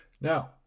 now